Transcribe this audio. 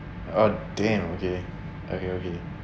a damn okay okay okay